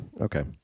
okay